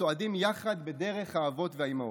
צועדים יחד בדרך האבות והאימהות.